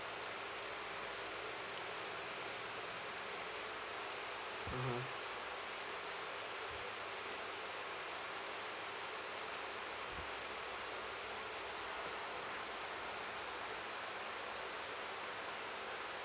mmhmm